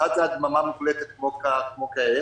אחד זה הדממה מוחלטת כמו כעת,